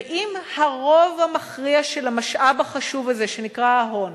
ואם הרוב המכריע של המשאב החשוב הזה שנקרא ההון